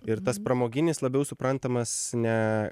ir tas pramoginis labiau suprantamas ne